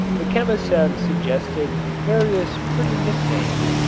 the chemists have suggested various pretty nicknames,